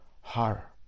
horror